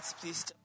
please